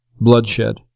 bloodshed